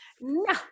no